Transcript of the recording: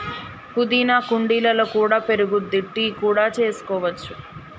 పుదీనా కుండీలలో కూడా పెరుగుద్ది, టీ కూడా చేసుకోవచ్చు